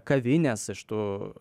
kavines iš tų